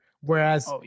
Whereas